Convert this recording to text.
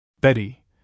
Betty